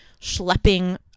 schlepping